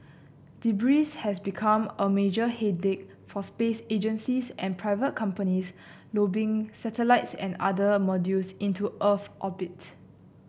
debris has become a major headache for space agencies and private companies lobbing satellites and other modules into Earth orbit